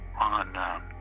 on